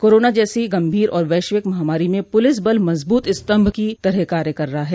corona जैसी गम्भीर और वैश्विक महामारी में पुलिस बल मजबूत स्तम्भ की तरह कार्य कर रहा है